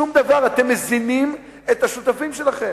שום דבר, אתם מזינים את השותפים שלכם.